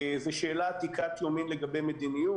זו שאלה עתיקת יומין לגבי מדיניות.